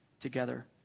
together